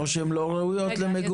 או שהן לא ראויות למגורים.